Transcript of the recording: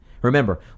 Remember